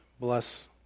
bless